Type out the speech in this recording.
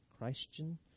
Christian